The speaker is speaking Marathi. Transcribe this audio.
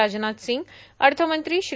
राजनाथ सिंग अर्थमंत्री श्री